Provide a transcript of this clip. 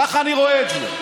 כך אני רואה את זה.